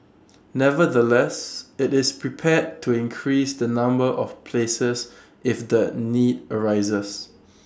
nevertheless IT is prepared to increase the number of places if the need arises